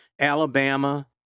Alabama